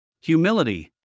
Humility